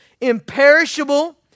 imperishable